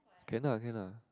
cannot can lah